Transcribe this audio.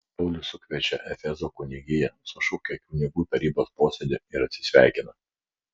paulius sukviečia efezo kunigiją sušaukia kunigų tarybos posėdį ir atsisveikina